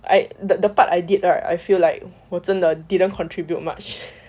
I the part I did right I feel like 我真的 didn't contribute much